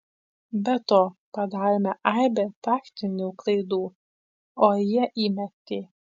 be to padarėme aibę taktinių klaidų o jie įmetė